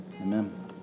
Amen